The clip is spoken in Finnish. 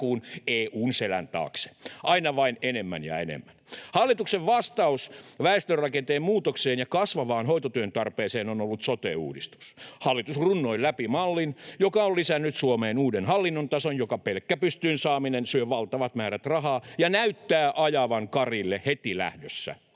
EU:n selän taakse, aina vain enemmän ja enemmän. Hallituksen vastaus väestörakenteen muutokseen ja kasvavaan hoitotyön tarpeeseen on ollut sote-uudistus. Hallitus runnoi läpi mallin, joka on lisännyt Suomeen uuden hallinnontason, jonka pelkkä pystyyn saaminen syö valtavat määrät rahaa ja näyttää ajavan karille heti lähdössä.